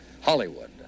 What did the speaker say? Hollywood